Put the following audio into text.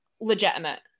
Legitimate